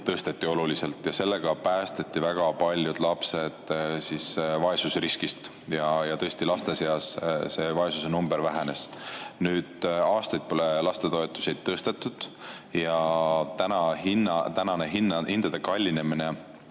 tõsteti ja sellega päästeti väga paljud lapsed vaesusriskist, tõesti, laste seas vaesus[riski] number vähenes. Nüüd pole aastaid lastetoetusi tõstetud ja tänane hindade kallinemine